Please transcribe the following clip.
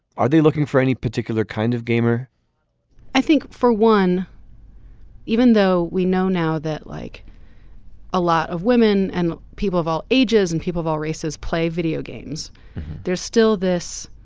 are they looking for any particular kind of gamer i think for one even though we know now that like a lot of women and people of all ages and people of all races play video games there's still this